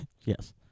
Yes